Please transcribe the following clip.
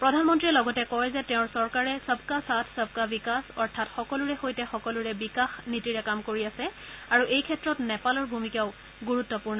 প্ৰধানমন্ত্ৰীয়ে লগতে কয় যে তেওঁৰ চৰকাৰে সবকা সাথ সবকা বিকাশ অৰ্থাৎ সকলোৰে সৈতে সকলোৰে বিকাশ নীতিৰে কাম কৰি আছে আৰু এইক্ষেত্ৰত নেপালৰ ভুমিকাও গুৰুত্বপূৰ্ণ